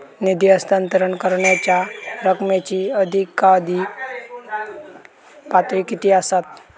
निधी हस्तांतरण करण्यांच्या रकमेची अधिकाधिक पातळी किती असात?